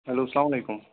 hello السلام علیکُم